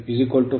5 52